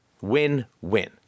Win-win